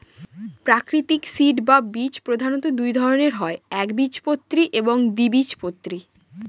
প্রাকৃতিক সিড বা বীজ প্রধানত দুই ধরনের হয় একবীজপত্রী এবং দ্বিবীজপত্রী